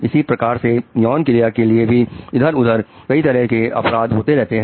इसी प्रकार से यौन क्रिया के लिए भी इधर उधर कई तरह के अपराध होते रहते हैं